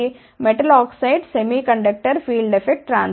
metal oxide semiconductor field effect transistor